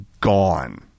gone